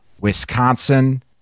wisconsin